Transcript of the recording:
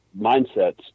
mindsets